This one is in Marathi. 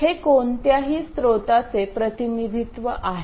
हे कोणत्याही स्रोताचे प्रतिनिधित्व आहे